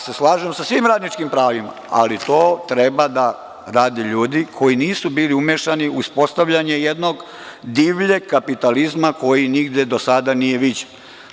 Slažem se sa svim radničkim pravima, ali to treba da rade ljudi koji nisu bili umešani u uspostavljanje jednog divljeg kapitalizma koji nigde do sada nije viđen.